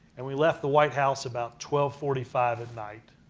and we left the white house about twelve forty five at night